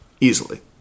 Easily